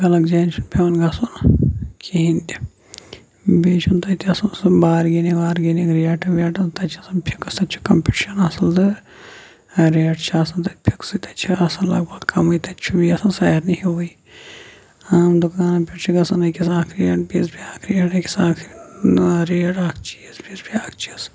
الگ الگ جاین چھُنہٕ پیٚوان گژھُن کِہیٖنۍ تہِ بہٕ چھُ نہٕ تَتہِ آسان سُہ بارگینِنگ وارگینِنگ ریٹَن ویٹَن تَتہِ چھُ آسن کَمپِٹِشن آسان ریٹ چھِ آسان تَتہِ فِکسٕڈ تَتہِ چھِ آسان لگ بگ کَمٕے تَتہِ چھُ بیٚیہِ آسان سارنٕے ہِوُے عام دُکان پٮ۪ٹھ چھُ گژھان أکِس اکھ ریٹ بیٚیِس بیاکھ ریٹ أکِس اکھ چیٖز بیٚیِس بیاکھ چیٖز